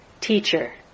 teacher